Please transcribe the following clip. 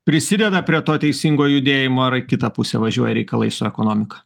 prisideda prie to teisingo judėjimo ar į kitą pusę važiuoja reikalai su ekonomika